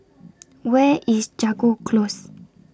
Where IS Jago Close